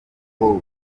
kuko